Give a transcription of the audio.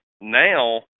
now